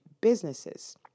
businesses